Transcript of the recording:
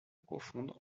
profondes